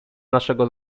naszego